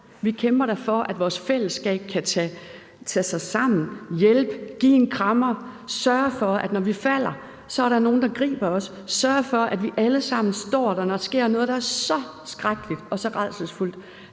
Vi kæmper da for, at vores fællesskab kan tage sig sammen, hjælpe, give en krammer, sørge for, at når vi falder, er der nogen, der griber os, og sørge for, at vi alle sammen står der, når der sker noget, der er så skrækkeligt og så rædselsfuldt.